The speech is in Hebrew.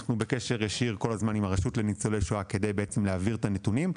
אנחנו בקשר ישיר עם הרשות לניצולי שואה כדי להעביר את הנתונים.